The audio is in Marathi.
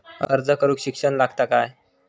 अर्ज करूक शिक्षण लागता काय?